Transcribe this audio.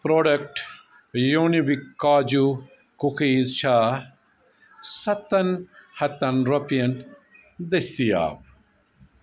product Unibic کاجوٗ cookies چھا سَتَن ہَتَن رۄپیَن دٔستِیاب